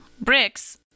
bricks